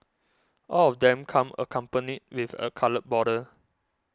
all of them come accompanied with a coloured border